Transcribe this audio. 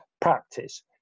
practice